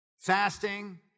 fasting